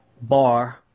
bar